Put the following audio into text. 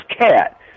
cat